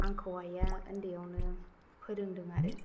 आंखौ आइया उन्दैयावनो फोरोंदों आरो